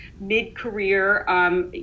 mid-career